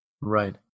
Right